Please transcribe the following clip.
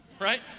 Right